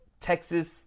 Texas